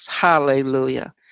Hallelujah